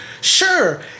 sure